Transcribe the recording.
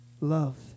love